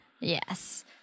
Yes